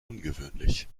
ungewöhnlich